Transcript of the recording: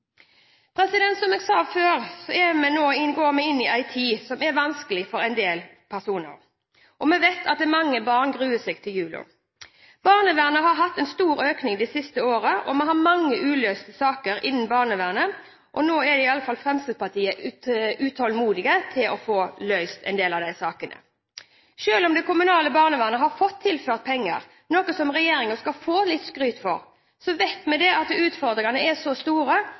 godet. Som jeg sa tidligere, går vi inn i en tid som er vanskelig for en del personer. Vi vet at mange barn gruer seg til julen. Barnevernet har hatt en stor økning det siste året, og vi har mange uløste saker innen barnevernet. Nå er i hvert fall Fremskrittspartiet utålmodig etter å få løst en del av disse sakene. Selv om det kommunale barnevernet har fått tilført penger, noe som regjeringen skal få litt skryt for, vet vi at utfordringene er så store